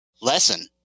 lesson